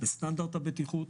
בסטנדרט הבטיחות.